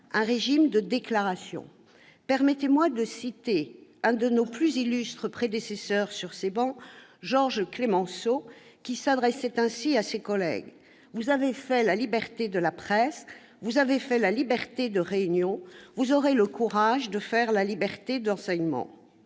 un régime de déclaration. Permettez-moi de citer l'un de nos plus illustres prédécesseurs sur ces travées, Georges Clemenceau, qui s'adressait ainsi à ses collègues :« Vous avez fait la liberté de la presse, vous avez fait la liberté de réunion [...]. Vous aurez le courage de faire la liberté d'enseignement ».